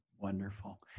Wonderful